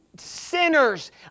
Sinners